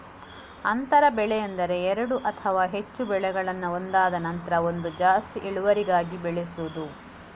ಅಂತರ ಬೆಳೆ ಎಂದರೆ ಎರಡು ಅಥವಾ ಹೆಚ್ಚು ಬೆಳೆಯನ್ನ ಒಂದಾದ ನಂತ್ರ ಒಂದು ಜಾಸ್ತಿ ಇಳುವರಿಗಾಗಿ ಬೆಳೆಸುದು